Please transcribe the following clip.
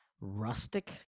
rustic